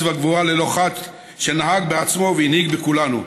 והגבורה ללא חת שנהג בעצמו והנהיג בכולנו.